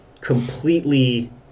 completely